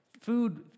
Food